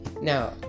Now